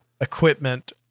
equipment